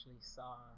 saw